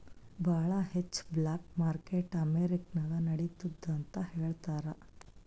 ಭಾಳ ಹೆಚ್ಚ black market America ನಾಗ್ ನಡಿತ್ತುದ್ ಅಂತ್ ಹೇಳ್ತಾರ್